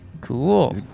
Cool